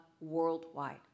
worldwide